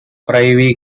privy